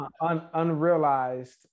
Unrealized